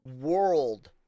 world